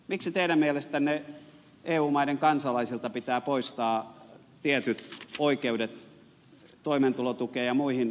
miksi teidän mielestänne eu maiden kansalaisilta pitää poistaa tietyt oikeudet toimeentulotukeen ja muihin majoitukseen ja niin edelleen